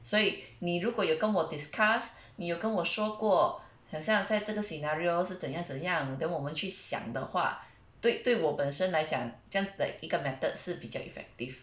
所以你如果有跟我 discuss 你有跟我说过很像在这个 scenario 是怎样怎样 then 我们去想的话对对我本身来讲这样子的一个 method 是比较 effective